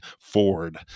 Ford